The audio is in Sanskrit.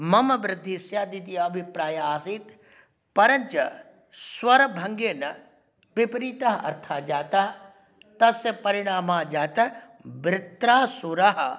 मम वृद्धिः स्यात् इति अभिप्रायः आसीत् परञ्च स्वरभङ्गेन विपरीतः अर्थः जातः तस्य परिणामः जातः वृत्रासुरः